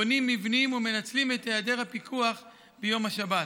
בונים מבנים ומנצלים את היעדר הפיקוח ביום השבת.